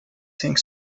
think